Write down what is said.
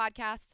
Podcasts